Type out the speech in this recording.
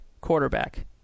quarterback